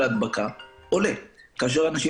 עידו בן יצחק שמואל לטקו לאה קיקיון שלום לכולם,